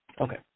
Okay